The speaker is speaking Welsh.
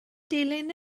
dilyn